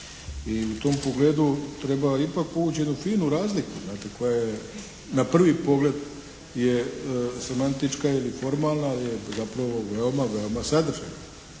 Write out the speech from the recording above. I u tom pogledu treba ipak povući jednu finu razliku znate koja je na prvi pogled je semantička ili formalna, je zapravo veoma, veoma sadržajna.